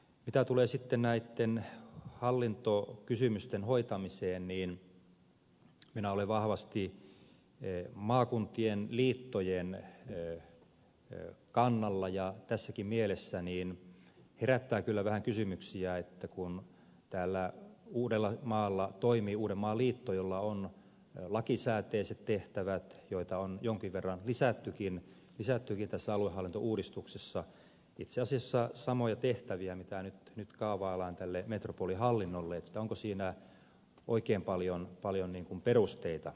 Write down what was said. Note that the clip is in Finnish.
mitä tulee sitten näitten hallintokysymysten hoitamiseen minä olen vahvasti maakuntien liittojen kannalla ja tässäkin mielessä herättää kyllä vähän kysymyksiä kun täällä uudellamaalla toimii uudenmaan liitto jolla on lakisääteiset tehtävät joita on jonkin verran lisättykin tässä aluehallintouudistuksessa itse asiassa samoja tehtäviä mitä nyt kaavaillaan tälle metropolihallinnolle onko siihen oikein paljon perusteita